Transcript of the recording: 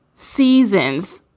seasons.